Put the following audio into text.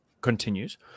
continues